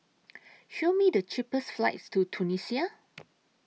Show Me The cheapest flights to Tunisia